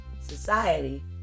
Society